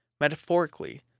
Metaphorically